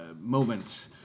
moment